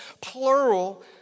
plural